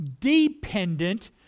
dependent